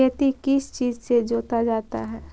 खेती किस चीज से जोता जाता है?